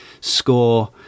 score